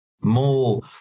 More